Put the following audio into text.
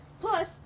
plus